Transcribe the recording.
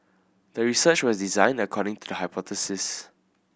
the research was designed according to the hypothesis